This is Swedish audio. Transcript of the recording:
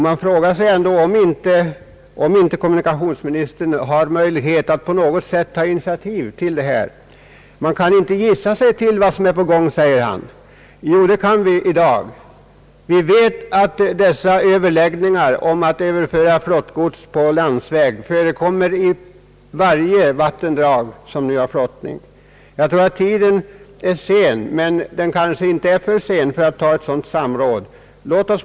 Man frågar sig ändå om inte kommunikationsministern har möjlighet att på något sätt här ta initiativ. Man kan inte gissa sig till vad som är på gång, säger han. Jo, det kan vi i dag. Vi vet att överläggningar om att överföra flottgods till landsväg förekommer beträffande varje vattendrag som nu används till flottning. Jag tror att det är sent, men det är kanske inte för sent för ett sådant samråd.